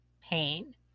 pain